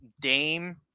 Dame